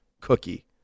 cookie